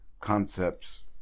concepts